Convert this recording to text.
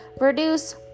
reduce